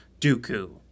Dooku